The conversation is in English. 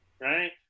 right